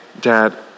Dad